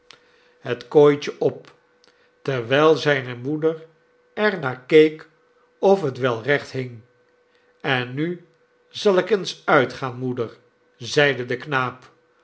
het kooitje op terwijl zijne moeder er naar keek of het wel recht hing en nu zal ik eens uitgaan moeder zeide de knaap